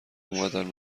اومدن